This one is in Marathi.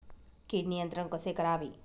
कीड नियंत्रण कसे करावे?